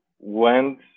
Went